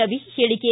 ರವಿ ಹೇಳಿಕೆ